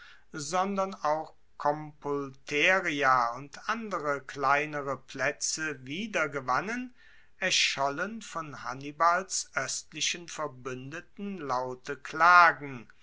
sondern auch compulteria und andere kleinere plaetze wieder gewannen erschollen von hannibals oestlichen verbuendeten laute klagen